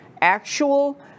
actual